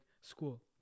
school